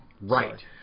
Right